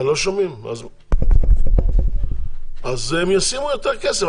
אז הם ישימו יותר כסף.